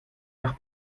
nach